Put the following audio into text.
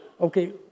Okay